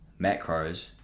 macros –